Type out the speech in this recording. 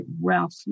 Ralph